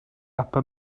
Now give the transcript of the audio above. upper